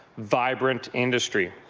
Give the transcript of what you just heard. vibrant industry.